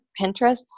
pinterest